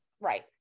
Right